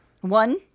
One